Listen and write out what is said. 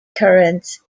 currents